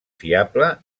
fiable